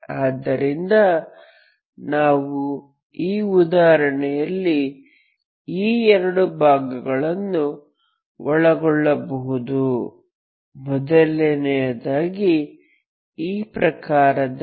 ಆದ್ದರಿಂದ ನಾವು ಈ ಉದಾಹರಣೆಯಲ್ಲಿ ಈ ಎರಡು ಭಾಗಗಳನ್ನು ಒಳಗೊಳ್ಳಬಹುದು ಮೊದಲನೆಯದಾಗಿ ಈ ಪ್ರಕಾರದಲ್ಲಿ